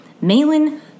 Malin